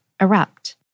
erupt